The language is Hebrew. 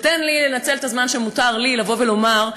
ותן לי לנצל את הזמן שמותר לי בו לבוא ולומר,